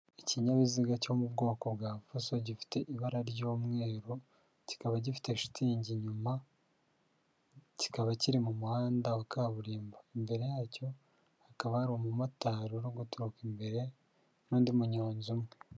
Ikinyabiziga cyo mu bwoko bwa fuso gifite ibara ry'umweru kikaba gifite shitingi inyuma, kikaba kiri mu muhanda wa kaburimbo, imbere yacyo hakaba hari umumotari uri guturuka imbere n'undi munyonzi umwe.